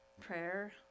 prayer